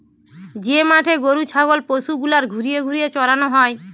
যে মাঠে গরু ছাগল পশু গুলার ঘুরিয়ে ঘুরিয়ে চরানো হয়